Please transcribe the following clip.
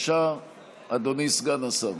בבקשה, אדוני סגן השר.